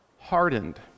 hardened